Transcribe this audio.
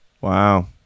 Wow